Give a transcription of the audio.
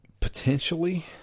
potentially